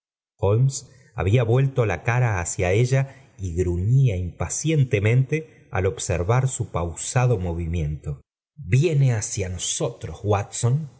había vuelto la cara hacia ella y gruñía impacientemente al observar su pausado movimiento viene hacia nosotros watson